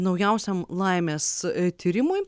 naujausiam laimės tyrimui